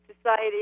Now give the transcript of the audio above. society